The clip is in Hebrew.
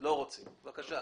לא רוצים בבקשה.